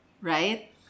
Right